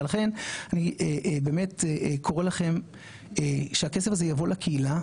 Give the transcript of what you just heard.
ולכן אני באמת קורא לכם שהכסף הזה יבוא לקהילה,